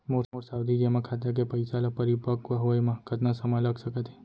मोर सावधि जेमा खाता के पइसा ल परिपक्व होये म कतना समय लग सकत हे?